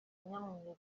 nyamweru